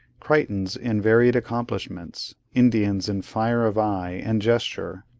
crichtons in varied accomplishments, indians in fire of eye and gesture,